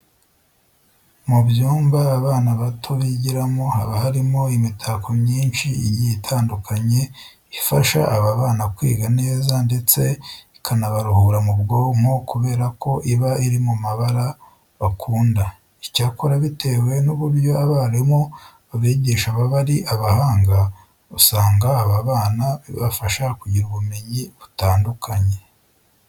Mu byumba abana bato bigiramo haba harimo imitako myinshi igiye itandukanye ifasha aba bana kwiga neza ndetse ikanabaruhura mu bwonko kubera ko iba iri mu mabara bakunda. Icyakora bitewe n'uburyo abarimu babigisha baba ari abahanga, usanga aba bana bibafasha kugira ubumenyi butandukanye.